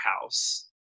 house